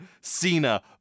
Cena